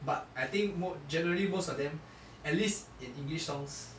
but I think mo generally most of them at least in english songs